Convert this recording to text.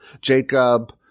Jacob